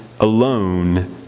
alone